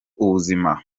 ubuzima